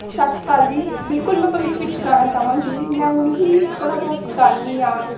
ਸਤਿ ਸ਼੍ਰੀ ਅਕਾਲ ਜੀ ਬਿਲਕੁਲ ਮੈਂ ਭਵਿੱਖ ਵਿੱਚ ਗਾਉਣਾ ਚਾਹਵਾਂਗੀ ਮੈਂ ਹੁਣ ਵੀ ਥੋੜ੍ਹਾ ਬਹੁਤ ਗਾਉਂਦੀ ਹਾਂ